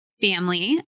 family